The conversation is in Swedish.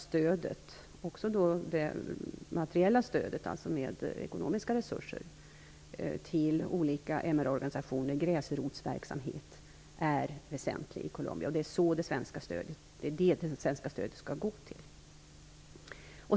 Jag tror att stödet till olika MR organisationer, gräsrotsverksamhet, är väsentligt i Colombia, även det materiella stödet i form av ekonomiska resurser. Det är sådant det svenska stödet skall gå till.